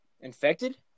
infected